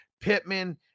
Pittman